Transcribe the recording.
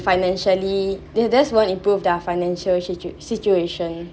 financially they just won't improve their financial situa~ situation